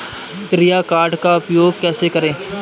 श्रेय कार्ड का उपयोग कैसे करें?